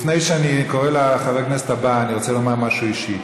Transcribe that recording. לפני שאני קורא לחבר הכנסת הבא אני רוצה לומר משהו אישי.